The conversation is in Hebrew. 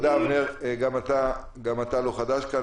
אבנר, גם אתה לא חדש כאן.